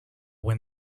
when